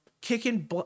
kicking